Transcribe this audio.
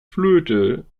flöte